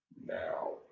Now